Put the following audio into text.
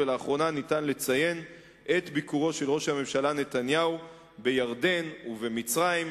ולאחרונה ניתן לציין את ביקורו של ראש הממשלה נתניהו בירדן ובמצרים.